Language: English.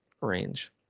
range